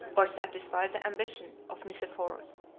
or satisfy the ambition, of nicephorus.